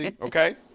okay